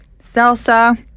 salsa